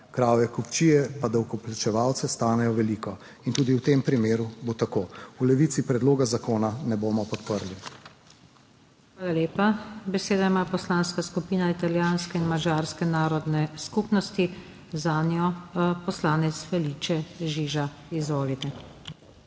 Kravje kupčije pa davkoplačevalce stanejo veliko, in tudi v tem primeru bo tako. V Levici predloga zakona ne bomo podprli. PODPREDSEDNICA NATAŠA SUKIČ: Hvala lepa. Besedo ima Poslanska skupina italijanske in madžarske narodne skupnosti, zanjo poslanec Felice Žiža. Izvolite.